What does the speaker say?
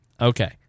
Okay